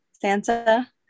Santa